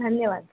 धन्यवाद